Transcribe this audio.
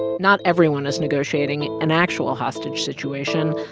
not everyone is negotiating an actual hostage situation.